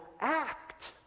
act